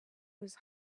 was